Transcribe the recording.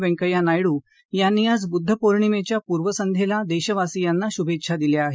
वैंकय्या नायडू यांनी आज बुद्ध पौर्णिमेच्या पूर्वसंध्येला देशवासियांना शुभेच्छा दिल्या आहेत